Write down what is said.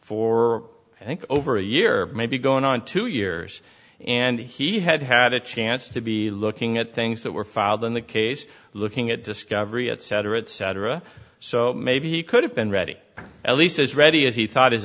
for over a year maybe going on two years and he had had a chance to be looking at things that were filed in the case looking at discovery et cetera et cetera so maybe he could have been ready at least as ready as he thought his